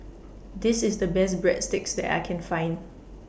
This IS The Best Breadsticks that I Can Find